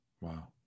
Wow